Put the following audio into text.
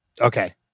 Okay